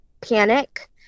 panic